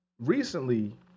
recently